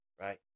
Right